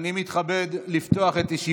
21:08 ונתחדשה בשעה 21:09.) אני מתכבד לפתוח את ישיבת